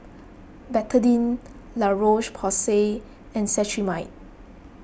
Betadine La Roche Porsay and Cetrimide